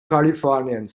kalifornien